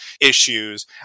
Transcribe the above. issues